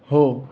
हो